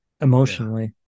emotionally